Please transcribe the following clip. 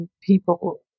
people